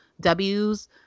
W's